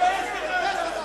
תתבייש לך.